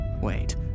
Wait